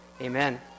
Amen